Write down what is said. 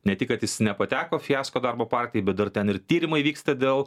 ne tik kad jis nepateko fiasko darbo partijai bet dar ten ir tyrimai vyksta dėl